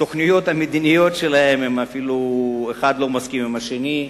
בתוכניות המדיניות שלהם אחד לא מסכים עם השני,